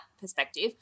perspective